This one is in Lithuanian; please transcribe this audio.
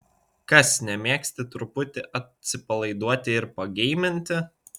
kas nemėgsti truputį atsipalaiduoti ir pageiminti